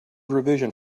revision